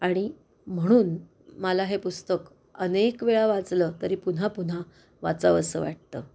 आणि म्हणून मला हे पुस्तक अनेक वेळा वाचलं तरी पुन्हापुन्हा वाचावंसं वाटतं